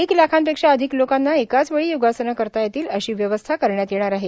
एक लाखापेक्षा अधिक लोकांना एकाचवेळी योगासने करता येतील अशी व्यवस्था करण्यात येणार आहे